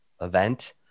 event